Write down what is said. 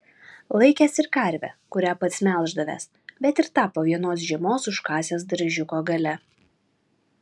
laikęs ir karvę kurią pats melždavęs bet ir tą po vienos žiemos užkasęs daržiuko gale